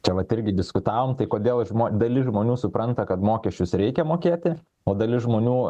čia vat irgi diskutavom tai kodėl žmo dalis žmonių supranta kad mokesčius reikia mokėti o dalis žmonių